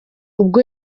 ubwo